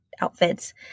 outfits